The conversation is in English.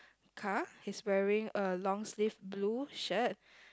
car he's wearing a long sleeved blue shirt